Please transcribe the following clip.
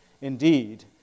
indeed